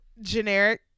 generic